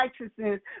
righteousness